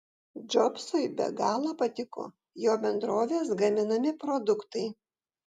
džobsui be galo patiko jo bendrovės gaminami produktai